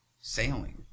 sailing